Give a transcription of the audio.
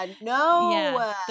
no